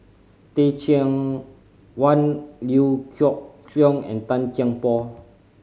Teh Cheang Wan Liew Geok Leong and Tan Kian Por